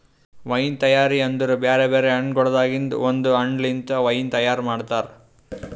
wine ತೈಯಾರಿ ಅಂದುರ್ ಬೇರೆ ಬೇರೆ ಹಣ್ಣಗೊಳ್ದಾಂದು ಒಂದ್ ಹಣ್ಣ ಲಿಂತ್ ವೈನ್ ತೈಯಾರ್ ಮಾಡ್ತಾರ್